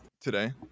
today